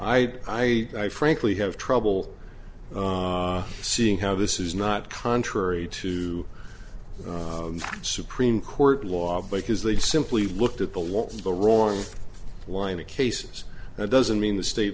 i i frankly have trouble seeing how this is not contrary to the supreme court law because they simply looked at the law and the wrong line of cases doesn't mean the state